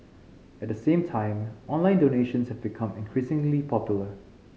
at the same time online donations have become increasingly popular